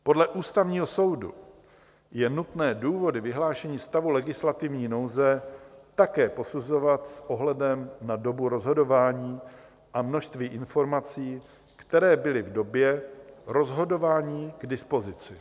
Podle Ústavního soudu je nutné důvody vyhlášení stavu legislativní nouze také posuzovat s ohledem na dobu rozhodování a množství informací, které byly v době rozhodování k dispozici.